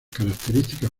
características